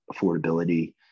affordability